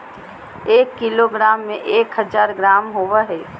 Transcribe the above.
एक किलोग्राम में एक हजार ग्राम होबो हइ